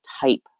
type